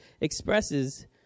expresses